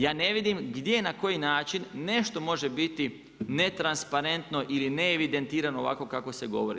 Ja ne vidim gdje na koji način nešto možemo biti ne transparentno ili ne evidentirano ovako kako se govori.